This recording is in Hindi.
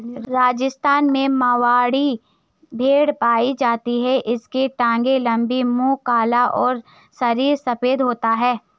राजस्थान में मारवाड़ी भेड़ पाई जाती है इसकी टांगे लंबी, मुंह काला और शरीर सफेद होता है